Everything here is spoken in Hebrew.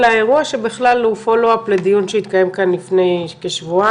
אלא אירוע שהוא בכלל follow up לדיון שהתקיים כאן לפני שבועיים,